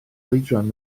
oedran